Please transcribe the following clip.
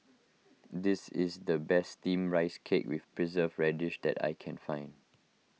this is the best Steamed Rice Cake with Preserved Radish that I can find